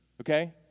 Okay